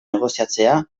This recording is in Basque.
negoziatzea